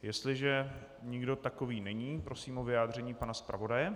Jestliže nikdo takový není, prosím o vyjádření pana zpravodaje.